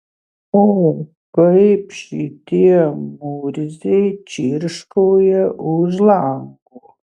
o kaip šitie murziai čirškauja už lango